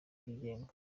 byigenga